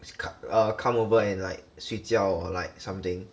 it'~uh come over and like 睡觉 or like something